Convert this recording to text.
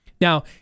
Now